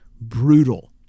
brutal